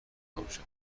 نباشه